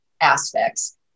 aspects